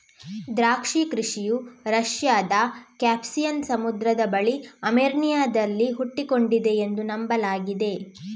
ದ್ರಾಕ್ಷಿ ಕೃಷಿಯು ರಷ್ಯಾದ ಕ್ಯಾಸ್ಪಿಯನ್ ಸಮುದ್ರದ ಬಳಿ ಅರ್ಮೇನಿಯಾದಲ್ಲಿ ಹುಟ್ಟಿಕೊಂಡಿದೆ ಎಂದು ನಂಬಲಾಗಿದೆ